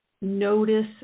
notice